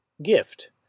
Gift